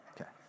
okay